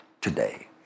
today